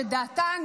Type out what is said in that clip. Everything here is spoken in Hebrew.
שדעתן,